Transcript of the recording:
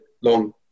long